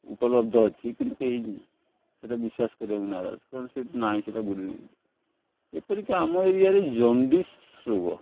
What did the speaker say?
ଉପଲବ୍ଧ ଅଛି କିନ୍ତୁ କେହି ସେଇଟା ବିଶ୍ୱାସ କରିବାକୁ ନାରାଜ କାରଣ ସେ ନାଇଁ ସେଇଟା ଗୁରୁ ଏପରିକି ଆମ ଏରିଆରେ ଜଣ୍ଡିସ୍ ରୋଗ